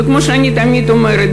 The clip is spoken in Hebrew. וכמו שאני תמיד אומרת,